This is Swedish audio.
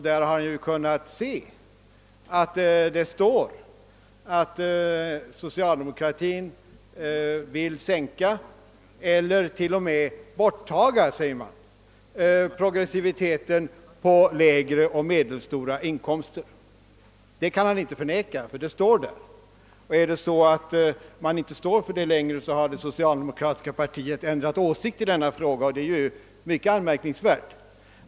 Där har han ju kunnat se att det står, att socialdemokratin vill minska eller t.o.m. avskaffa, sägs det, progressiviteten för lägre och medelstora inkomster. Det kan han inte förneka, eftersom det står där. Om man inte längre står för det uttalandet, så har det socialdemokratiska partiet ändrat åsikt i denna fråga, och det skulle ju vara mycket anmärkningsvärt.